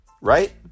right